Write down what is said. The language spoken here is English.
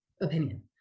opinion